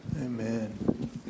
Amen